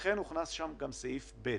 לכן הוכנס שם גם סעיף ב'